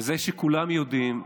וזה שכולם יודעים,